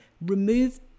remove